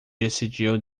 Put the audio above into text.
decidiu